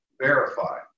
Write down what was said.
verify